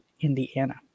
Indiana